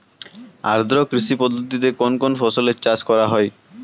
আদ্র কৃষি পদ্ধতিতে কোন কোন ফসলের চাষ করা হয়?